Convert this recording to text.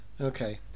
Okay